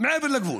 מעבר לגבול?